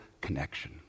connection